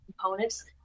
components